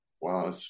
wow